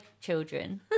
children